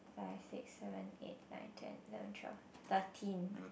five six seven eight nine ten eleven twelve thirteen